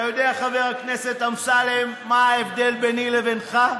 אתה יודע, חבר הכנסת אמסלם, מה ההבדל ביני לבינך?